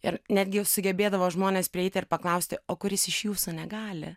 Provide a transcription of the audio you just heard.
ir netgi sugebėdavo žmonės prieiti ir paklausti o kuris iš jūsų negali